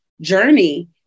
journey